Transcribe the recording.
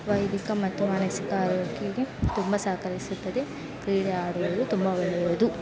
ವೈದಿಕ ಮತ್ತು ಮಾನಸಿಕ ಆರೋಗ್ಯಗೆ ತುಂಬ ಸಹಕರಿಸುತ್ತದೆ ಕ್ರೀಡೆ ಆಡುವುದು ತುಂಬ ಒಳ್ಳೆಯದು